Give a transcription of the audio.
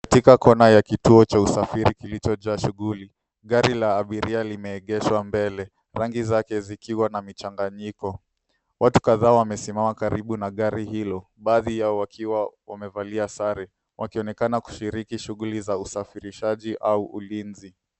Katika kona ya kituo cha usafiri kilichojaa shughuli, gari la abiria limeegeshwa mbele. Rangi zake zikiwa na mchanganyiko. Watu kadhaa wamesimama karibu na gari hilo, baadhi yao wakiwa wamevalia sare, wakionekana kushiriki shughuli za usafirishaji au ulinzi.